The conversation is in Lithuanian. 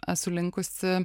esu linkusi